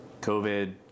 COVID